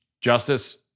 justice